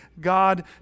God